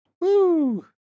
Woo